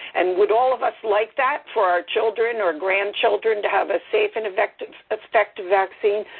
and would all of us like that for our children or grandchildren to have a safe and effective effective vaccine?